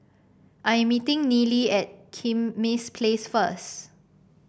I am meeting Neely at Kismis Place first